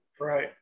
Right